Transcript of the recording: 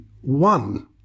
one